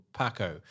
Paco